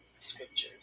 scriptures